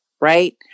right